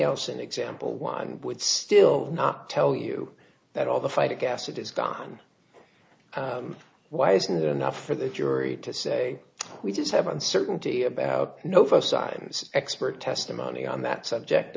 else an example one would still not tell you that all the fight against it is gone why isn't it enough for the jury to say we just have uncertainty about no first signs expert testimony on that subject